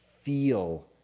feel